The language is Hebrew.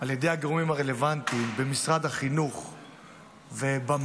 על ידי הגורמים הרלוונטיים במשרד החינוך ובמל"ג,